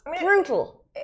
brutal